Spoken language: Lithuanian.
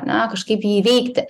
ane kažkaip jį įveikti